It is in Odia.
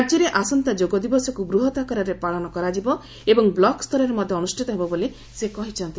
ରାଜ୍ୟରେ ଆସନ୍ତା ଯୋଗ ଦିବସକୁ ବୃହତ୍ତ ଆକାରରେ ପାଳନ କରାଯିବ ଏବଂ ବ୍ଲକସ୍ତରରେ ମଧ୍ୟ ଅନୁଷ୍ଠିତ ହେବ ବୋଲି ସେ କହିଛନ୍ତି